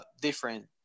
different